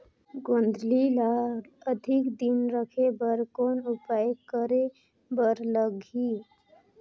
गोंदली ल अधिक दिन राखे बर कौन उपाय करे बर लगही?